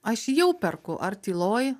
aš jau perku ar tyloj